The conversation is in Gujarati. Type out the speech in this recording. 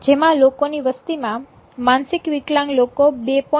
જેમાં લોકોની ની વસ્તી માં માનસિક વિકલાંગ લોકો 2